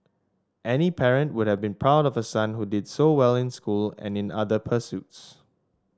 any parent would have been proud of a son who did so well in school and in other pursuits